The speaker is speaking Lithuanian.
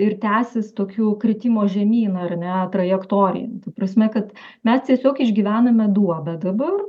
ir tęsis tokių kritimo žemyn ar ne trajektorija ta prasme kad mes tiesiog išgyvename duobę dabar